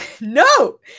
no